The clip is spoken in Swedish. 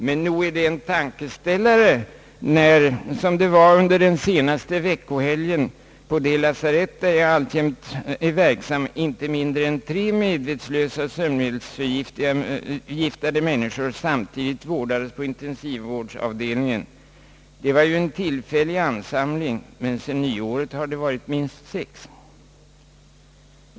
Men nog är det en tankeställare att under den senaste veckohelgen på det lasarett, där jag alltjämt är verksam, inte mindre än tre medvetslösa sömnmedelsförgiftade människor låg på intensivvårdsavdelningen. Det var visserligen en tillfällig ansamling, men sedan nyåret har man fått in minst sex sådana fall på avdelningen.